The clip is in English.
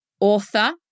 author